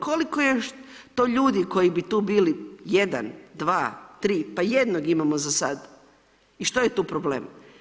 Koliko je to još ljudi koji bi tu bili, jedan, dva, tri, pa jednog imamo za sad i što je tu problem?